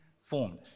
formed